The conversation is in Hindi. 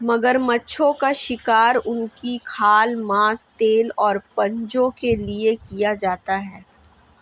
मगरमच्छों का शिकार उनकी खाल, मांस, तेल और पंजों के लिए किया जाता है